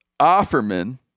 Offerman